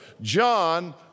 John